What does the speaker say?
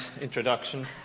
introduction